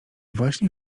właśnie